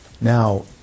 Now